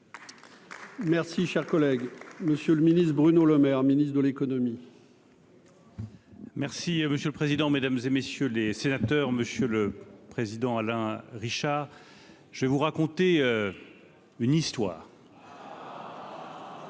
Merci, cher collègue. Que le ministre Bruno Lemaire, ministre de l'économie. Merci monsieur le président, Mesdames et messieurs les sénateurs, Monsieur le Président, Alain Richard, je vais vous raconter une histoire.